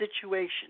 situation